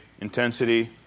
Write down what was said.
intensity